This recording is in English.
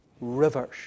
rivers